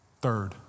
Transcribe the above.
Third